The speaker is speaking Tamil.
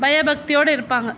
பயபக்தியோடு இருப்பாங்க